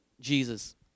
jesus